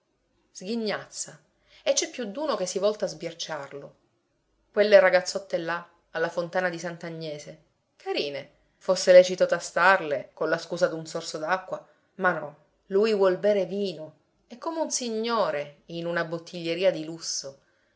sghignazza e c'è più d'uno che si volta a sbirciarlo quelle ragazzotte là alla fontana di sant'agnese carine fosse lecito tastarle con la scusa d'un sorso d'acqua ma no lui vuol bere vino e come un signore in una bottiglieria di lusso